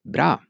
Bra